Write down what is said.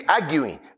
arguing